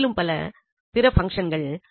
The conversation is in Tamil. மேலும் பல பிற பங்சன்கள் உள்ளன